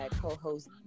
co-host